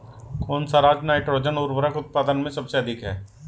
कौन सा राज नाइट्रोजन उर्वरक उत्पादन में सबसे अधिक है?